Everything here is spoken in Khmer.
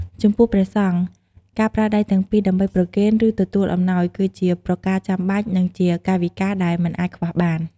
ចំពោះព្រះសង្ឃ ការប្រើដៃទាំងពីរដើម្បីប្រគេន ឬទទួលអំណោយ គឺជាប្រការចាំបាច់ និងជាកាយវិការដែលមិនអាចខ្វះបាន។